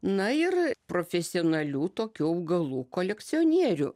na ir profesionalių tokių augalų kolekcionierių